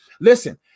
Listen